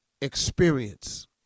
experience